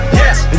yes